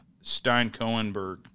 Stein-Cohenberg